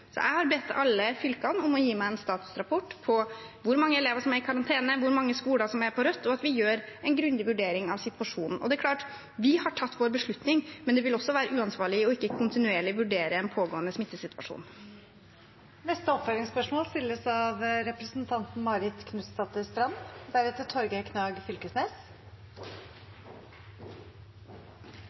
Jeg har bedt alle fylkene om å gi meg en statusrapport om hvor mange elever som er i karantene, og hvor mange skoler som er på rødt nivå, og vi vil gjøre en grundig vurdering av situasjonen. Det er klart: Vi har tatt vår beslutning, men det vil også være uansvarlig ikke kontinuerlig å vurdere den pågående smittesituasjonen. Marit Knutsdatter Strand – til oppfølgingsspørsmål.